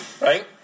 right